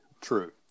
True